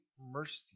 mercy